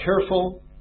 careful